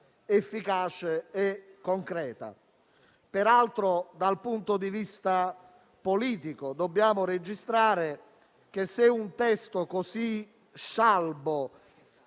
efficace e concreto. Peraltro, dal punto di vista politico, dobbiamo registrare che se un testo così scialbo